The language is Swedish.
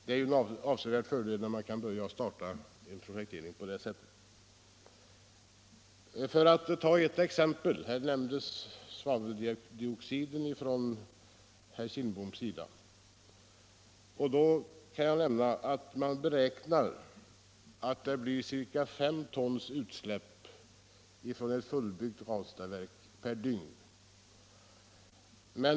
Det är en avsevärd fördel att man kan starta en projektering på det sättet. Herr Kindbom nämnde svaveldioxid. Jag kan nämna att man beräknar att det blir ca 5 tons utsläpp per dygn från ett fullt utbyggt Ranstadsverk.